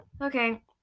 Okay